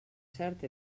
cert